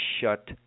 Shut